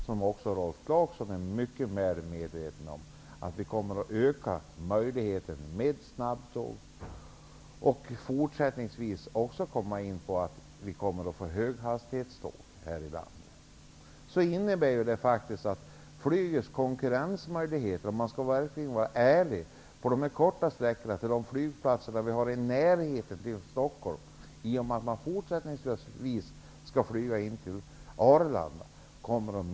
Som också Rolf Clarkson är mycket väl medveten om kommer möjligheterna med snabbtåg och höghastighetståg att innebära att flygets konkurrenskraft -- om man verkligen skall vara ärlig -- på korta flygsträckor i närheten av Stockholm minskar, eftersom man fortsättningsvis skall utnyttja Arlanda.